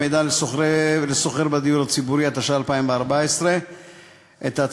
הסעיף האחרון על סדר-היום: הודעת ועדת הכלכלה על רצונה להחיל